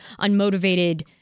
unmotivated